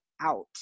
out